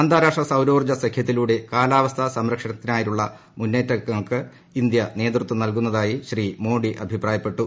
അന്താരാഷ്ട്ര സൌരോർജ്ജ സഖൃത്തിലൂടെ കാലാവസ്ഥ സംരക്ഷണത്തിനായുള്ള മുന്നേറ്റങ്ങൾക്ക് ഇന്ത്യ നേതൃത്വം നൽകുന്നതായി ശ്രീ മോദി അഭിപ്രായപ്പെട്ടു